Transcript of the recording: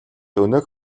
өнөөх